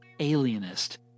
alienist